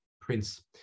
prince